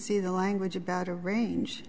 see the language about a range